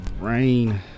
rain